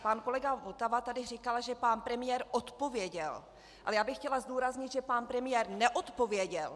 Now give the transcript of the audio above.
Pan kolega Votava tady říkal, že pan premiér odpověděl, ale já bych chtěla zdůraznit, že pan premiér neodpověděl!